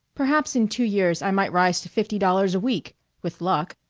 perhaps in two years i might rise to fifty dollars a week with luck.